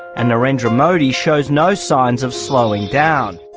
and narendra modi shows no signs of slowing down.